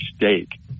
mistake